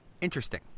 interesting